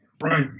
right